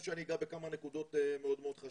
אני מציעה שנקיים דיון ייעודי,